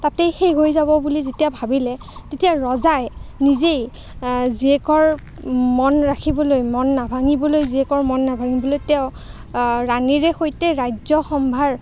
তাতেই শেষ হৈ যাব বুলি যেতিয়া ভাবিলে তেতিয়া ৰজাই নিজেই জীয়েকৰ মন ৰাখিবলৈ মন নাভাঙিবলৈ জীয়েকৰ মন নাভাঙিবলৈ তেওঁ ৰাণীৰে সৈতে ৰাজ্য সম্ভাৰ